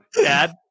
Dad